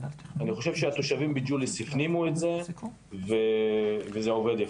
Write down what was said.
אני חושב שהתושבים בג'וליס הפנימו את זה וזה עובד יפה.